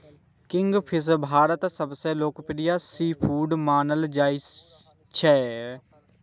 kingfish भारतक सबसं लोकप्रिय सीफूड मानल जाइ छै